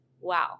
wow